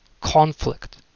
Conflict